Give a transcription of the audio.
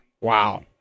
Wow